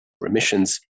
remissions